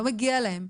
לא מגיע להם.